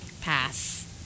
Pass